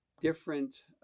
different